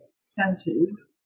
centers